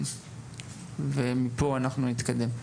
ומפה אנחנו נתקדם.